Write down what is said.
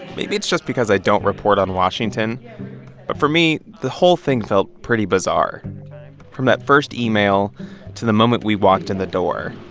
maybe it's just because i don't report on washington, but for me, the whole thing felt pretty bizarre from that first email to the moment we walked in the door